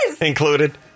included